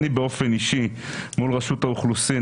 אני באופן אישי מול רשות האוכלוסין,